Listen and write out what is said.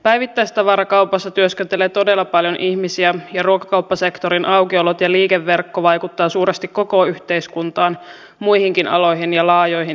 päivittäistavarakaupassa työskentelee todella paljon ihmisiä ja ruokakauppasektorin aukiolot ja liikeverkko vaikuttavat suuresti koko yhteiskuntaan muihinkin aloihin ja laajoihin ihmisjoukkoihin